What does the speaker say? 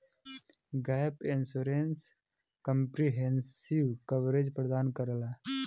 gap insurance comprehensive coverage प्रदान करला